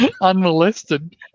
unmolested